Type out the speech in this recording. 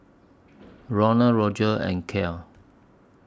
Ronal Roger and Cael